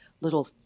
little